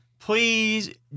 Please